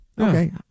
Okay